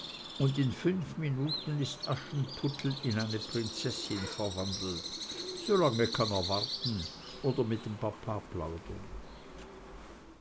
und in fünf minuten ist aschenputtel in eine prinzessin verwandelt so lange kann er warten oder mit dem